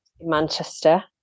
Manchester